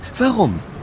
Warum